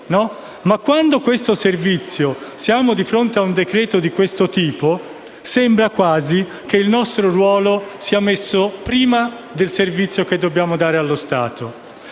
Ma quando siamo di fronte a un decreto di questo tipo, sembra quasi che il nostro ruolo sia messo prima del servizio che dobbiamo dare allo Stato.